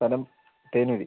സ്ഥലം തേനൂർ